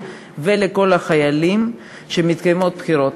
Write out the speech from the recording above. ולכל החיילים מסרונים על כך שמתקיימות בחירות.